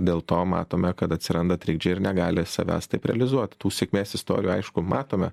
dėl to matome kad atsiranda trikdžiai ir negali savęs taip realizuot tų sėkmės istorijų aišku matome